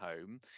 home